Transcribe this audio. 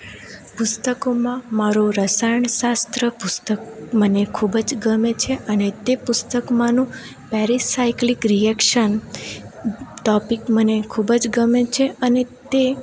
પુસ્તકોમાં મારું રસાયણશાસ્ત્ર પુસ્તક મને ખૂબ જ ગમે છે અને તે પુસ્તકમાંનો પેરિસાયક્લીક રિએકશન ટોપિક મને ખૂબ જ ગમે છે અને તે